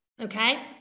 Okay